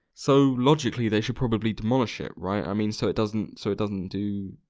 so logically they should probably demolish it, right? i mean, so it doesn't so it doesn't do.